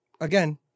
Again